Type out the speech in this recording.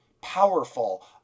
powerful